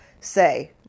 say